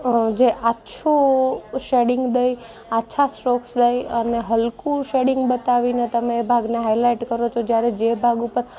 જે આછું શેડિંગ દઈ આછા સ્ટ્રોક્સ દઈ અને હલકું શેડિંગ બતાવીને તમે એ ભાગને હાઇલાઇટ કરો છો જ્યારે જે ભાગ ઉપર